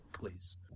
please